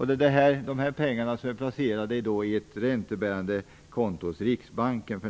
Fondens pengar är för närvarande placerade på ett räntebärande konto hos Riksbanken.